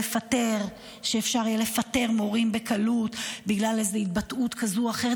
לפטר מורים בקלות בגלל איזה התבטאות כזו או אחרת.